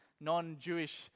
non-Jewish